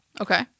Okay